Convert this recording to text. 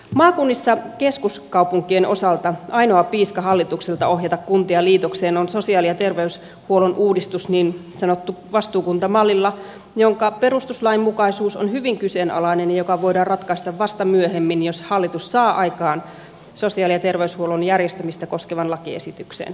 maakunnissa keskuskaupunkien kehyskuntien osalta ainoa piiska hallituksella ohjata kuntia liitoksiin on sosiaali ja terveydenhuollon uudistus niin sanotulla vastuukuntamallilla jonka perustuslainmukaisuus on hyvin kyseenalainen ja joka voidaan ratkaista vasta myöhemmin jos hallitus saa aikaan sosiaali ja terveydenhuollon järjestämistä koskevan lakiesityksen